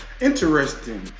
interesting